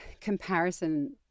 comparison